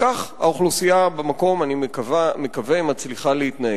וכך האוכלוסייה במקום, אני מקווה, מצליחה להתנהל.